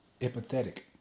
empathetic